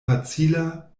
facila